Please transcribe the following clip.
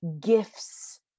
gifts